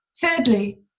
Thirdly